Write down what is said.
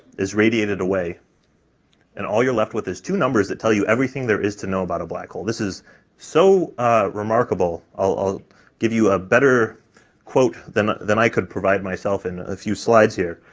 is radiated away and all you're left with is two numbers that tell you everything there is to know about a black hole this is so remarkable, i'll give you a better quote than, than i could provide myself in a few slides here.